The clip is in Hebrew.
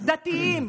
דתיים,